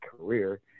career